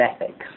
ethics